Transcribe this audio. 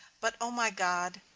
but, o my god,